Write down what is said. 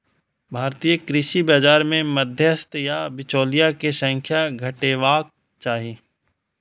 भारतीय कृषि बाजार मे मध्यस्थ या बिचौलिया के संख्या घटेबाक चाही